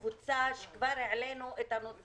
אני רוצה לדבר על קבוצה שכבר העלינו את הנושא